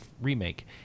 remake